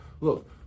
Look